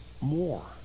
more